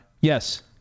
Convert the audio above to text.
Yes